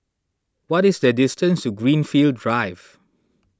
what is the distance to Greenfield Drive